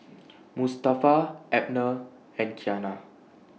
Mustafa Abner and Qiana